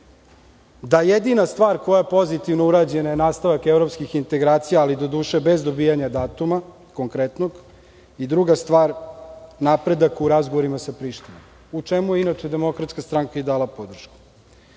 da jedina stvar koja je pozitivno urađena je nastavak evropskih integracija, ali doduše bez dobijanja datuma konkretnog i, druga stvar, napredak u razgovorima sa Prištinom, u čemu je inače DS dala podršku. Pošto